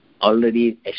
already